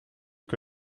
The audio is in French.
que